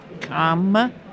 come